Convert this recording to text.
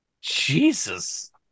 Jesus